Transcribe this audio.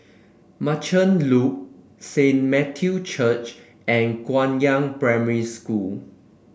Merchant Loop Saint Matthew's Church and Guangyang Primary School